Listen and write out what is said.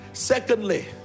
Secondly